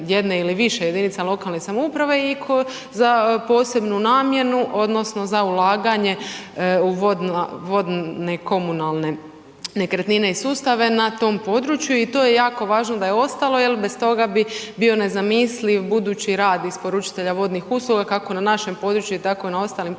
jedne ili više jedinica lokalne samouprave i za posebnu namjenu odnosno za ulaganje u vodne komunalne nekretnine i sustave na tom području i to je jako važno da je ostalo jer bez toga bi bio nezamisliv budući rad isporučitelja vodnih usluga, kako na našem području, tako na ostalim područjima